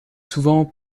souvent